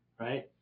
right